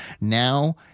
now